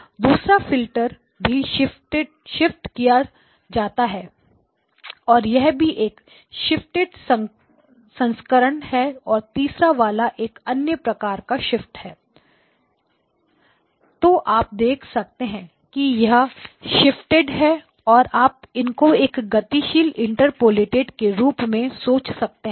दूसरा फिल्टर भी शिफ्ट किया जाता है और यह भी एक शिफ्टेड संस्करण है और तीसरा वाला एक अन्य प्रकार का शिफ्ट है तो आप देख सकते हैं कि यह सब शिफ्टेड है और आप इनको एक गतिशील इंटरपोलेटेड के रूप में सोच सकते हैं